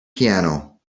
piano